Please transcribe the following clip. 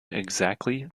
exactly